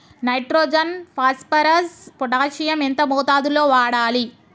Nitrogen phosphorus potassium ఎంత మోతాదు లో వాడాలి?